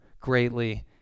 greatly